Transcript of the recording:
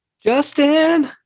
Justin